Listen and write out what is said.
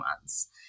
months